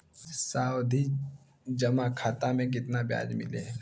सावधि जमा खाता मे कितना ब्याज मिले ला?